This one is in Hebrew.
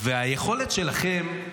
והיכולת שלכם,